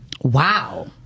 Wow